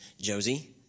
Josie